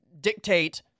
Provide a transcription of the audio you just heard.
dictate